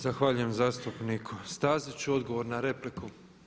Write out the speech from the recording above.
Zahvaljujem zastupniku Staziću, odgovor na repliku.